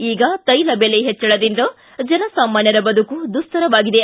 ಈಗ ತೈಲ ಬೆಲೆ ಹೆಚ್ಚಳದಿಂದ ಜನಸಾಮಾನ್ಯರ ಬದುಕು ದುಸ್ತರವಾಗಿದೆ